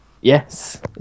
Yes